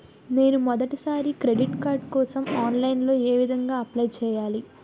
నేను మొదటిసారి credit card కోసం ఆన్లైన్ లో ఏ విధంగా అప్లై చేయాలి?